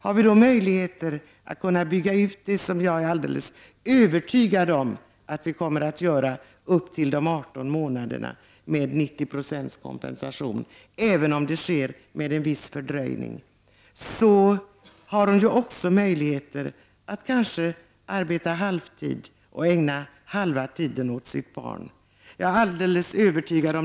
Har vi möjligheter att bygga ut föräldraförsäkringen, vilket jag är alldeles övertygad om att vi kommer att göra, upp till de 18 månaderna med 90 76 kompensation, även om det sker med en viss fördröjning, har hon kanske också möjlighet att arbeta halvtid och ägna halva tiden åt sitt barn.